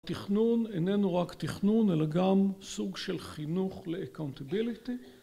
‫תכנון איננו רק תכנון, ‫אלא גם סוג של חינוך ל-accountability